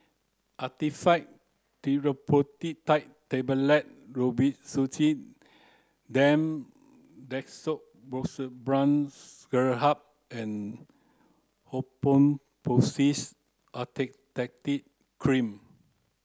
Actifed Triprolidine Tablets Robitussin DM Dextromethorphan Syrup and Hydrocortisone Acetate Cream